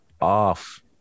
off